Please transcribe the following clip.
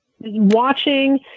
watching